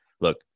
Look